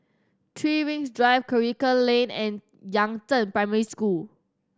Three Rings Drive Karikal Lane and Yangzheng Primary School